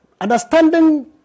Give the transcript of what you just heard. understanding